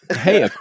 hey